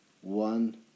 one